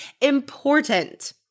important